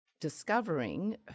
Discovering